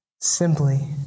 simply